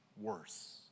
worse